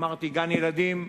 אמרתי, גן-ילדים,